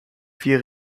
vier